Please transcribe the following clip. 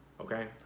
Okay